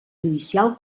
judicial